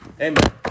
amen